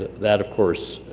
that, of course,